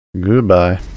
goodbye